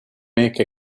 make